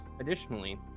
Additionally